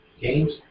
games